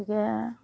গতিকে